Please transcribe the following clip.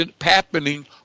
happening